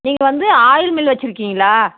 நீங்கள் வந்து oil mill வச்சுருக்கீங்களா